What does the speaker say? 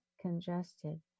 congested